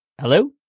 Hello